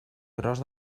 gros